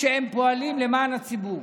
והם פועלים למען הציבור.